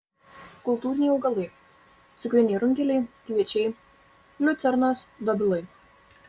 kultūriniai augalai cukriniai runkeliai kviečiai liucernos dobilai